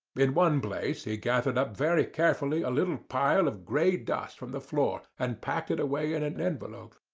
in one place he gathered up very carefully a little pile of grey dust from the floor, and packed it away in an envelope.